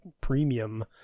premium